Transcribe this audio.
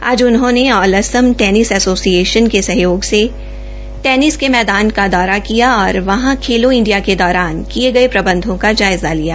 आज उन्होंने ऑ असम टैनिस ऐसोसिएशन के सहयोग से टेनिस के मैदान का दौरा किया और वहां खेलों इंडिया के दौरान किये गये प्रबंधों का जायज़ा लिया